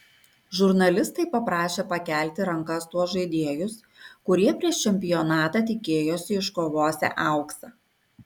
žurnalistai paprašė pakelti rankas tuos žaidėjus kurie prieš čempionatą tikėjosi iškovosią auksą